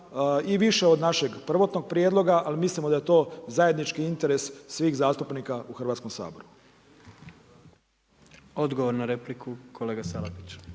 i više od našeg prvotnog prijedloga. Ali mislimo da je to zajednički interes svih zastupnika u Hrvatskom saboru. **Jandroković,